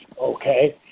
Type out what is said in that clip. okay